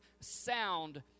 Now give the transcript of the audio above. sound